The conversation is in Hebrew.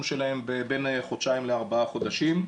של שלהם בבין חודשיים לארבעה חודשים.